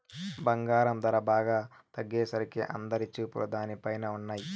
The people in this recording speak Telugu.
బంగారం ధర బాగా తగ్గేసరికి అందరి చూపులు దానిపైనే ఉన్నయ్యి